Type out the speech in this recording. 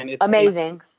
Amazing